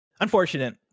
Unfortunate